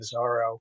Bizarro